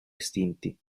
estinti